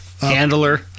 Handler